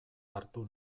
hartu